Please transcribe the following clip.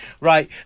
right